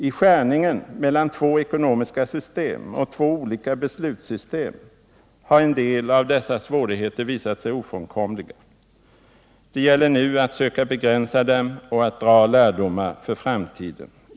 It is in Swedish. I skärningen mellan två ekonomiska system och två olika beslutsystem har en del av dessa svårigheter visat sig vara ofrånkomliga; det gäller nu att söka begränsa dem och dra lärdomar för framtiden.